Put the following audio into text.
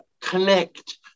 connect